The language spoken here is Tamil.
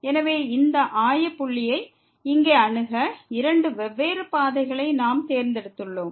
எனவே இந்த ஆய புள்ளியை இங்கே அணுக இரண்டு வெவ்வேறு பாதைகளை நாம் தேர்ந்தெடுத்துள்ளோம்